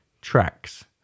tracks